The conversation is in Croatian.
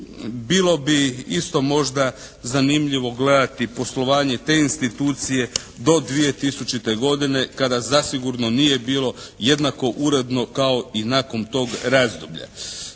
bilo bi isto možda zanimljivo gledati poslovanje te institucije do 2000. godine kada zasigurno nije bilo jednako uredno kao i nakon tog razdoblja.